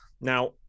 Now